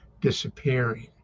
disappearing